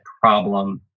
problem